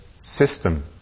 system